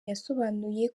yasobanuye